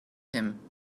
him